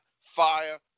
Fire